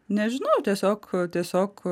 nežinau tiesiog tiesiog